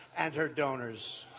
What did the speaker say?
and her donors.